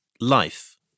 life